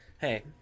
hey